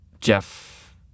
Jeff